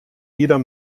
jeder